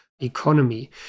economy